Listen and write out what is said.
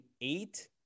eight